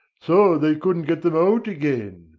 so they couldn't get them out again.